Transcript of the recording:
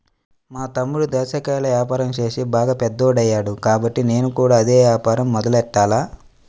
మా తమ్ముడు దాచ్చా కాయల యాపారం చేసి బాగా పెద్దోడయ్యాడు కాబట్టి నేను కూడా అదే యాపారం మొదలెట్టాల